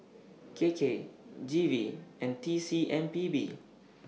K K G V and T C M P B